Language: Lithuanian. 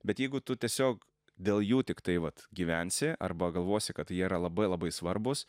bet jeigu tu tiesiog dėl jų tiktai vat gyvensi arba galvosi kad jie yra labai labai svarbūs